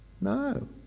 No